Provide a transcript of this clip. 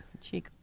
cheek